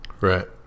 Right